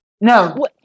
no